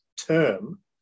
term